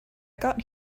got